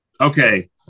Okay